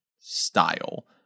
style